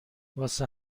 واسه